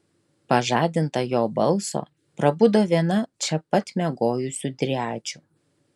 pažadinta jo balso prabudo viena čia pat miegojusių driadžių